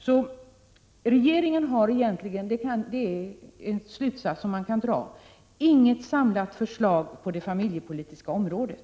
Så regeringen har egentligen — det är en slutsats man kan dra — inget samlat förslag på det familjepolitiska området.